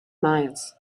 miles